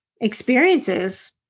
experiences